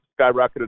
skyrocketed